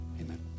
Amen